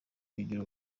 bigira